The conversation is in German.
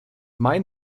mein